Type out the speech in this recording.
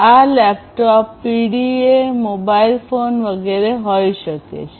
આ laptop PDA mobile phone વગેરે હોઈ શકે છે